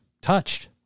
touched